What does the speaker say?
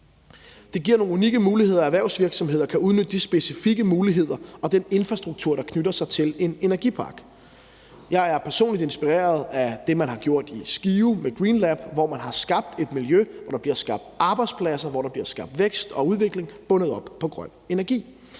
Det giver nogle unikke muligheder, at erhvervsvirksomheder kan udnytte de specifikke muligheder og den infrastruktur, der knytter sig til en energipark. Jeg er personligt inspireret af det, man har gjort i Skive med GreenLab, hvor man har skabt et miljø, hvor der bliver skabt arbejdspladser, og hvor der bliver skabt vækst og udvikling bundet op på grøn energi.